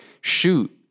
Shoot